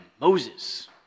Moses